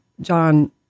John